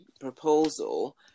proposal